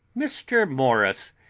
mr. morris,